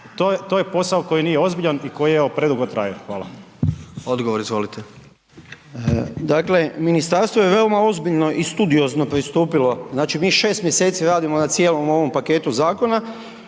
To je posao koji nije ozbiljan i koji evo predugo traje. Hvala. **Jandroković, Gordan (HDZ)** Odgovor izvolite. **Nekić, Darko** Dakle, ministarstvo je veoma ozbiljno i studiozno pristupili, znači mi 6 mjeseci radimo na cijelom ovom paketu zakona